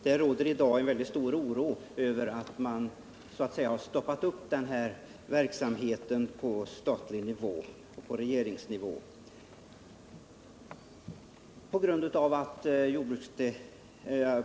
Där råder i dag mycket stor oro över att man delvis har stoppat upp den här verksamheten från regeringens sida.